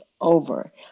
over